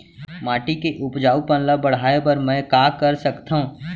माटी के उपजाऊपन ल बढ़ाय बर मैं का कर सकथव?